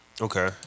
Okay